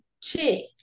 chick